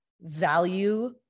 value